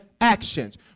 actions